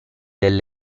del